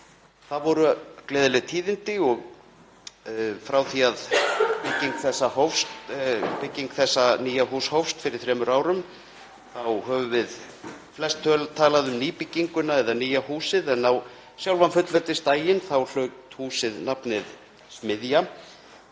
Það voru gleðileg tíðindi. Frá því að bygging þessa nýja húss hófst fyrir þremur árum höfum við flest talað um nýbygginguna eða nýja húsið en já sjálfan fullveldisdeginum hlaut húsið heitið Smiðja.